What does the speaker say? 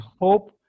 hope